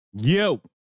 Yo